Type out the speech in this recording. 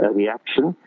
reaction